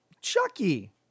Chucky